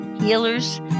healers